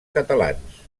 catalans